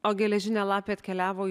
o geležinė lapė atkeliavo